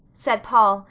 said paul,